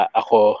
ako